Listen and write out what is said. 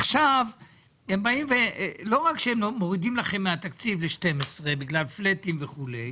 עכשיו לא רק שהם מורידים לכם מהתקציב ל-12 בגלל פלטים וכו',